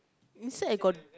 inside I got